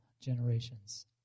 generations